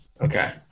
Okay